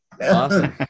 awesome